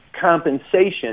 compensation